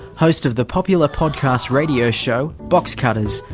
host of the popular podcast radio show, boxcutters,